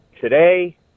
today